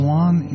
one